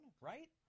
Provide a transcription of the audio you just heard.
right